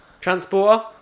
Transporter